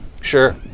Sure